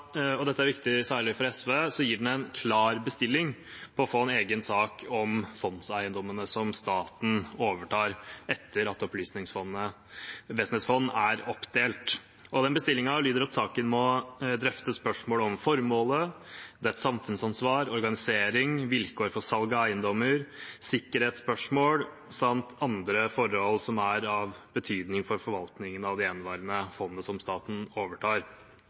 og dette er viktig særlig for SV, gir den gir en klar bestilling i forslaget til vedtak, II, om å få en egen sak om fondseiendommene som staten overtar etter at Opplysningsvesenets fond er oppdelt. Den bestillingen lyder at saken må drøfte spørsmål om formålet, dets samfunnsansvar, organisering, vilkår for salg av eiendommer, sikkerhetsspørsmål samt andre forhold som er av betydning for forvaltningen av det gjenværende fondet som staten overtar.